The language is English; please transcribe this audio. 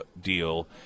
deal